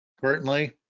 currently